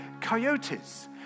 coyotes